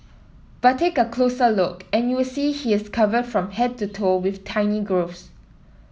but take a closer look and you will see he is covered from head to toe with tiny growths